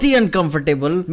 uncomfortable